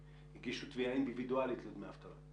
הגישו תביעה אינדיבידואלית לדמי אבטלה.